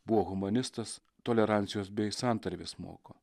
buvo humanistas tolerancijos bei santarvės moko